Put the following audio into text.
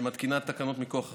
שמתקינה תקנות מכוח החוק.